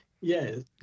Yes